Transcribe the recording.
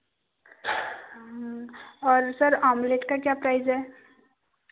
और sir omelette का क्या प्राइज है